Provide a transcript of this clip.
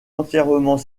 entièrement